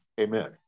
Amen